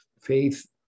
faith